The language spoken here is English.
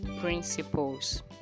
principles